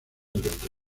durante